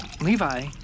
Levi